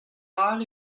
all